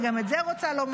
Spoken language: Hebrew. גם את זה אני רוצה לומר.